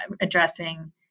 addressing